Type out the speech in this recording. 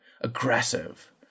aggressive